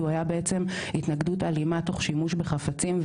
הוא היה בעצם התנגדות אלימה תוך שימוש בחפצים.